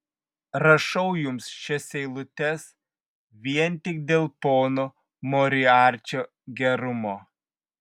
rašau jums šias eilutes vien tik dėl pono moriarčio gerumo